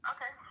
Okay